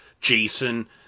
Jason